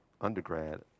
undergrad